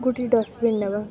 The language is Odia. ଗୋଟିଏ ଡଷ୍ଟବିନ୍ ନେବା